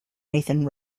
nathan